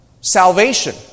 Salvation